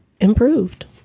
improved